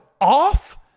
off